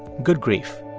good grief